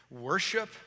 worship